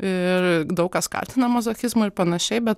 ir daug kas skatina mazochizmo ir pan bet